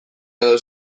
edo